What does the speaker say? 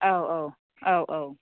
औ औ औ औ